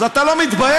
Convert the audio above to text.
אז אתה לא מתבייש?